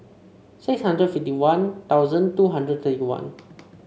six hundred fifty One Thousand two hundred thirty one